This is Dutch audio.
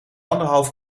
anderhalf